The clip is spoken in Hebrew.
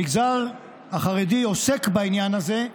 המגזר החרדי עוסק בעניין הזה,